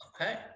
Okay